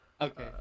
Okay